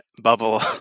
bubble